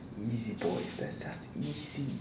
easy boy that's just easy